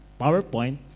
powerpoint